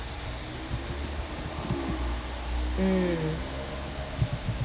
mm